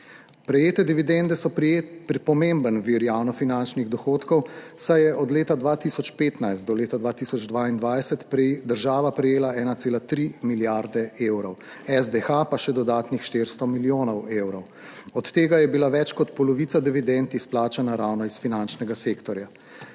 Prejete dividende so pomemben vir javnofinančnih dohodkov, saj je od leta 2015 do leta 2022 država prejela 1,3 milijarde evrov, SDH pa še dodatnih 400 milijonov evrov. Od tega je bila več kot polovica dividend izplačana ravno iz finančnega sektorja.